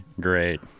great